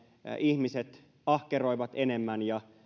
ihmiset ahkeroivat enemmän ja